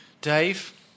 Dave